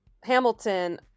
Hamilton